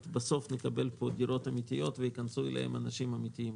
בסוף נקבל פה דירות אמיתיות וייכנסו אליהן אנשים אמיתיים,